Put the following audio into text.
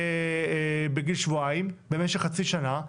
בגיל שבועיים, במשך חצי שנה,